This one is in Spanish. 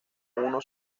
uno